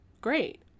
great